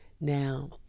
Now